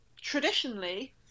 traditionally